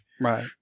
Right